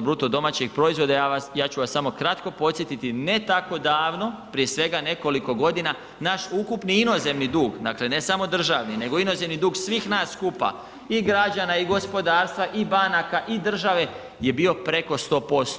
BDP-a i ja ću vas samo kratko podsjetiti, ne tako davno prije svega nekoliko godina naš ukupni inozemni dug, dakle ne samo državni nego inozemni dug svih nas skupa i građana i gospodarstva i banaka i države je bio preko 100%